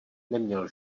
neměl